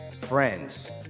friends